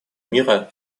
мира